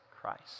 Christ